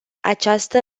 această